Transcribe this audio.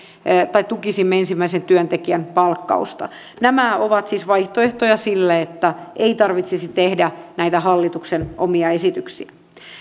tukisimme ensimmäisen työntekijän palkkausta nämä ovat siis sellaisia vaihtoehtoja että ei tarvitsisi tehdä näitä hallituksen omia esityksiä